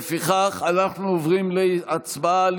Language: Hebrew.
לפיכך אנחנו עוברים להצבעה על